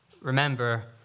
remember